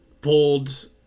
pulled